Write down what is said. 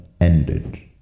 ended